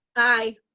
aye.